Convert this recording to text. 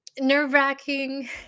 nerve-wracking